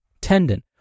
tendon